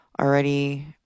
already